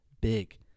big